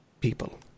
people